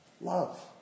Love